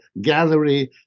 gallery